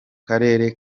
karere